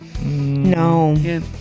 No